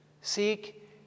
Seek